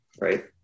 right